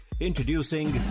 Introducing